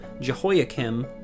Jehoiakim